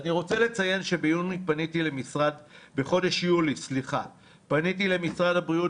אני רוצה לציין שבחודש יולי פניתי למשרד הבריאות